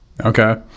Okay